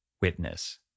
witness